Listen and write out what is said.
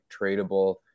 tradable